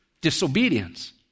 disobedience